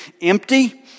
empty